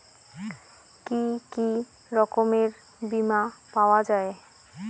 কি কি রকমের বিমা পাওয়া য়ায়?